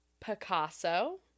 Picasso